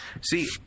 See